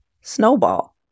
Snowball